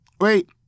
wait